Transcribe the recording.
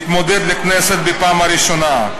התמודד לכנסת בפעם הראשונה.